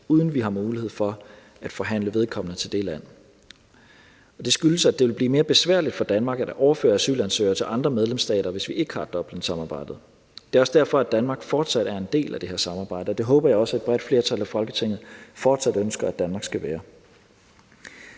uden vi har mulighed for at forhandle vedkommende til det land. Det skyldes, at det vil blive mere besværligt for Danmark at overføre asylansøgere til andre medlemsstater, hvis ikke vi har Dublinsamarbejdet. Det er også derfor, Danmark fortsat er en del af det her samarbejde, og det håber jeg også et bredt flertal i Folketinget fortsat ønsker Danmark skal være.